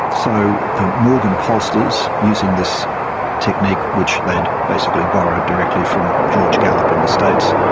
so the morgan pollsters, using this technique which they'd basically borrowed directly from george gallup in the states,